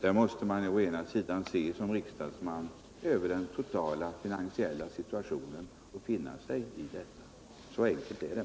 Här måste man också som riksdagsman tänka på den totala finansiella situationen och finna sig i detta. Så enkelt är det.